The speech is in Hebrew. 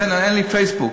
אין לי פייסבוק.